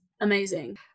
amazing